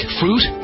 fruit